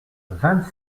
vingt